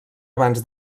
abans